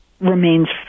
remains